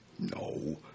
No